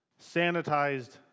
sanitized